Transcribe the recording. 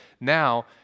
Now